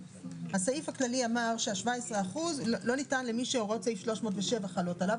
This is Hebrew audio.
הסעיף הכללי אמר שה-17% לא ניתנים למי שהוראות סעיף 307 חלות עליו,